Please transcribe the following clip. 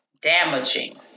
damaging